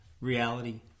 reality